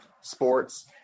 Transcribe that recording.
sports